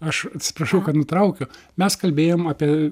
aš atsiprašau kad nutraukiu mes kalbėjom apie